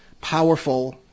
powerful